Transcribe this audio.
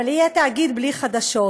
אבל יהיה תאגיד בלי חדשות.